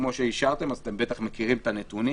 כפי שאישרתם ולכן אתם בטח מכירים את הנתונים,